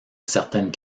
certaines